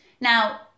now